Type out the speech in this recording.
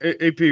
AP